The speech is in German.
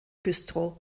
güstrow